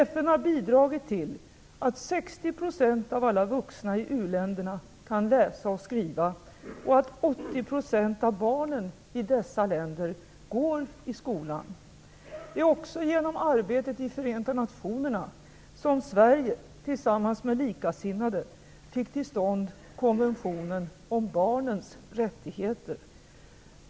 FN har bidragit till att 60 % av alla vuxna i u-länder kan läsa och skriva och att 80 % av barnen i dessa länder går i skolan. Det är också genom arbetet i Förenta nationerna som Sverige tillsammans med likasinnade fick till stånd konventionen om barnens rättigheter.